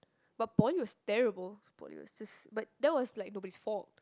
but poly was terrible poly was just but that was like nobody's fault